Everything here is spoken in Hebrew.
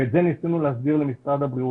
ניסינו להסביר את זה למשרד הבריאות,